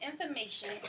information